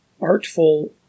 artful